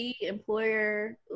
employer